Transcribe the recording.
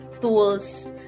tools